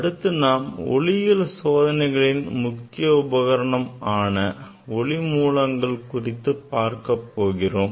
அடுத்து நாம் ஒளியியல் சோதனைகளின் முக்கிய உபகரணம் ஆன ஒளி மூலங்கள் குறித்து பார்க்கப் போகிறோம்